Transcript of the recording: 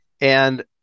And-